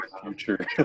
future